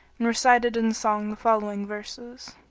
and recited in song the following verses,